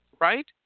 Right